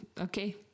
Okay